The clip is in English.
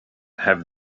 have